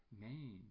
name